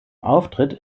auftritt